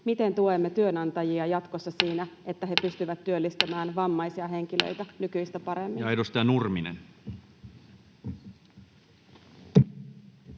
miten tuemme työnantajia jatkossa siinä, että he pystyvät työllistämään vammaisia henkilöitä nykyistä paremmin? [Speech